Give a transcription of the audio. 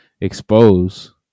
expose